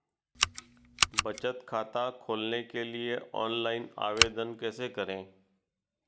बचत खाता खोलने के लिए ऑनलाइन आवेदन कैसे करें?